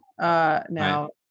now